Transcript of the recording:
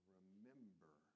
Remember